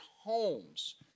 homes